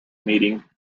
meeting